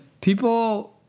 people